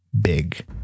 big